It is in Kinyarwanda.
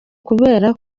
kubera